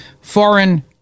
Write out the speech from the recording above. foreign